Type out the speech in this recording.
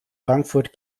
frankfurt